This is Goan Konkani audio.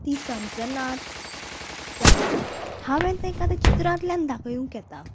ती समजनात जाल्यार हांवें तांकां ते चित्रांतल्यान दाखयूंक येता